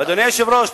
אדוני היושב-ראש,